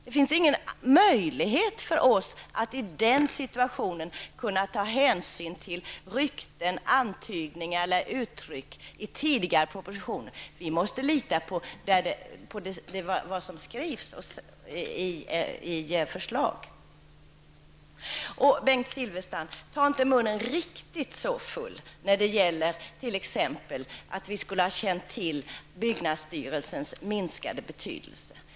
Det fanns ingen möjlighet för oss att i den situationen ta hänsyn till rykten, antydningar eller uttryckssätt i tidigare propositioner. Vi måste lita på vad som skrivs i det förslag som har lagts fram. Bengt Silfverstrand, ta inte munnen riktigt så full och säg att vi skulle ha känt till byggnadsstyrelsens minskade betydelse.